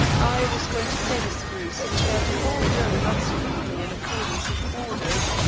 i was going to say, mr. bruce, that although not strictly in accordance with orders,